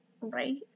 right